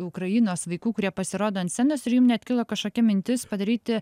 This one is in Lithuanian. ukrainos vaikų kurie pasirodo ant scenos ir jum net kilo kažkokia mintis padaryti